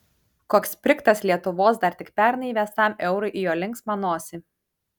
koks sprigtas lietuvos dar tik pernai įsivestam eurui į jo linksmą nosį